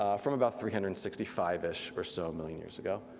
um from about three hundred and sixty five ish or so million years ago.